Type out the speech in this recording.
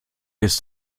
ist